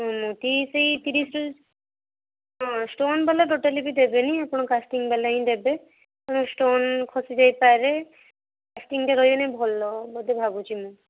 ମୁଦି ସେଇ ତିରିଶ ହଁ ଷ୍ଟୋନ୍ ୱାଲା ଟୋଟାଲ ବି ଦେବେନି ଆପଣ କାଷ୍ଟିଂ ବାଲା ହିଁ ଦେବେ ହଁ ଷ୍ଟୋନ୍ ଖସି ଯାଇପାରେ କାଷ୍ଟିଂଟା ରହିଲେ ଭଲ ଭାବୁଛି ମୁଁ